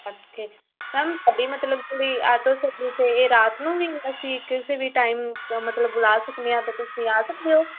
okay ma'am ਤੁਹਾਡੀ ਮਤਲਬ ਕਿ ਆਟੋ ਸਰਵਿਸ ਇਹ ਰਾਤ ਨੂੰ ਵੀ ਅਸੀਂ ਕਿਸੇ ਵੀ ਟਾਈਮ ਮਤਲਬ ਬੁਲਾ ਸਕਦੇ ਹਾਂ ਤਾਂ ਤੁਸੀਂ ਆ ਸਕਦੇ ਹੋ